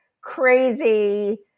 crazy